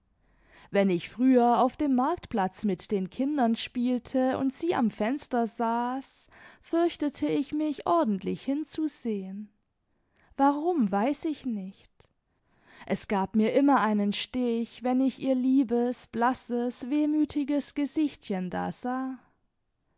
wenn ich früher auf dem marktplatz mit den kindern spielte und sie am fenster saß fürchtete ich mich ordentlich hinzusehen warum weiß ich nicht es gab mir immer einen stich wenn ich ihr liebes blasses wehmütiges gesichtchen da sah